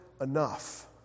enough